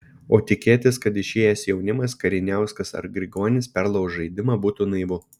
o tikėtis kad išėjęs jaunimas kariniauskas ar grigonis perlauš žaidimą būtų naivu